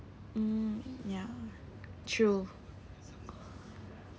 mm ya true